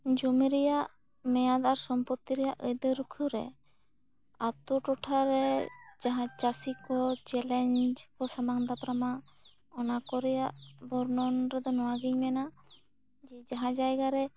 ᱡᱚᱢᱤ ᱨᱮᱭᱟᱜ ᱢᱮᱭᱟᱫ ᱟᱨ ᱥᱚᱢᱯᱚᱛᱛᱤ ᱨᱮᱭᱟᱜ ᱟᱹᱭᱫᱟᱹᱨ ᱨᱩᱠᱷᱤᱭᱟᱹ ᱨᱮ ᱟᱛᱳ ᱴᱚᱴᱷᱟ ᱨᱮ ᱡᱟᱦᱟᱸᱭ ᱪᱟᱹᱥᱤ ᱠᱚ ᱪᱮᱞᱮᱸᱡᱽ ᱠᱚ ᱥᱟᱢᱟᱝ ᱫᱟᱯᱨᱟᱢᱟ ᱚᱱᱟ ᱠᱚᱨᱮᱭᱟ ᱵᱚᱨᱱᱚᱱ ᱨᱮᱫᱚ ᱱᱚᱣᱟ ᱜᱤᱧ ᱢᱮᱱᱟ ᱡᱮ ᱡᱟᱦᱟᱸ ᱡᱟᱭᱜᱟ ᱨᱮ